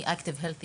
גם אכילה מול מסך.